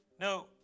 no